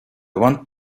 want